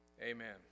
amen